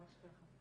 ממש ככה.